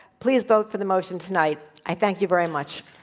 please vote for the motion tonight. i thank you very much.